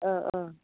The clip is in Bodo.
ओ ओ